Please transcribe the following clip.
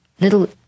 little